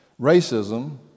racism